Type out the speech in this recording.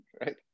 right